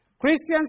Christians